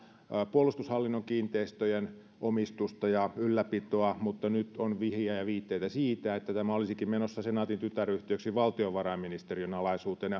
puolustushallinnon kiinteistöjen omistusta ja ylläpitoa mutta nyt on vihiä ja viitteitä siitä että tämä olisikin menossa senaatin tytäryhtiöksi valtiovarainministeriön alaisuuteen